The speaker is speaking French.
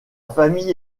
famille